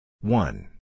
One